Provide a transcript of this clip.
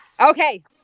okay